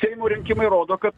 o seimo rinkimai rodo kad